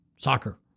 Soccer